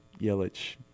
Yelich